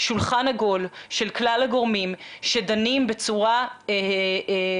שולחן עגול של כלל הגורמים שדנים בצורה מעמיקה,